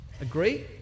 agree